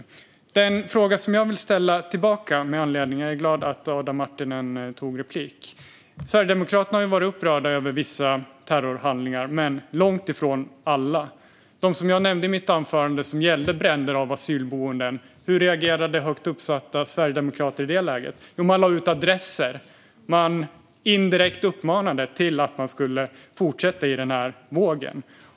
Jag har en fråga som jag vill ställa tillbaka med anledning av Adam Marttinens replik - som jag är glad att han begärde. Sverigedemokraterna har varit upprörda över vissa terrorhandlingar, men långt ifrån alla. Hur reagerade högt uppsatta Sverigedemokrater när det gäller de handlingar som jag nämnde i mitt anförande med bränder i asylboenden? De lade ut adresser. De uppmanade indirekt till att man skulle fortsätta i denna våg.